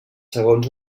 segons